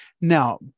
Now